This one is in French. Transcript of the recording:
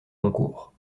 concours